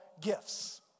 gifts